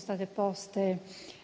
state poste